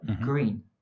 green